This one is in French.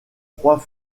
trois